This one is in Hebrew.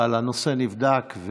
אבל הנושא נבדק,